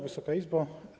Wysoka Izbo!